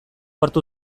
hartu